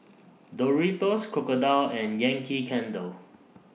Doritos Crocodile and Yankee Candle